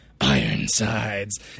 Ironsides